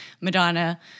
Madonna